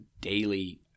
daily